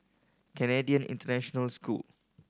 Canadian International School